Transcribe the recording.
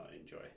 enjoy